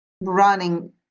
running